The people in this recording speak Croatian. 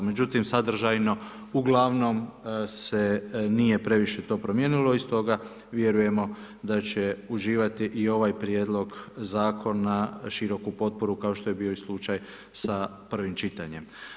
Međutim, sadržajno uglavnom se nije previše to promijenilo i stoga vjerujemo da će uživati i ovaj prijedlog zakona široku potporu, kao što je bio i slučaj sa prvim čitanjem.